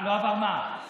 לא עבר מה?